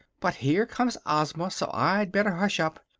but here comes ozma so i'd better hush up,